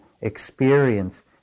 experience